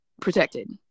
protected